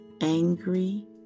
angry